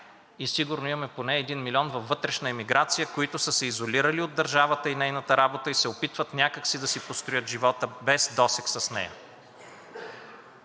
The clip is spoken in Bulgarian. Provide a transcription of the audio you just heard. и сигурно имаме поне един милион във вътрешна емиграция, които са се изолирали от държавата и нейната работа и се опитват някак си да си построят живота без досег с нея.